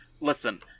listen